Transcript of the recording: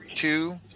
two